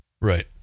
Right